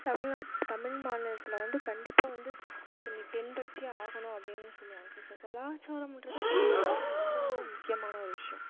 தமிழ்நாட் தமிழ் மாநிலத்தில் வந்து கண்டிப்பாக வந்து இது நீ பின்பற்றியே ஆகணும் அப்படின்னு சொல்லுவாங்க ஸோ கலாச்சாரம்ன்றது தமிழ்நாட்டில் ரொம்ப ரொம்ப முக்கியமான ஒரு விஷயம்